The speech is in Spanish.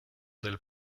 del